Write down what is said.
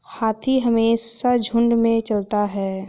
हाथी हमेशा झुंड में चलता है